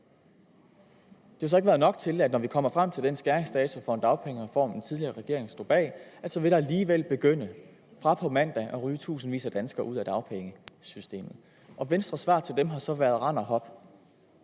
Det har så ikke været nok, for når vi på mandag kommer frem til skæringsdatoen for den dagpengereform, som den tidligere regering stod bag, vil der alligevel begynde at ryge tusindvis af danskere ud af dagpengesystemet. Og Venstres svar til dem har så været: Rend og hop!